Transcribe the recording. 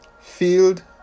field